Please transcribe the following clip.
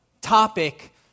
topic